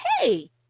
hey